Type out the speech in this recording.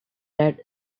added